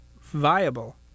viable